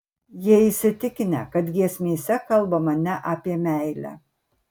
jie įsitikinę kad giesmėse kalbama ne apie meilę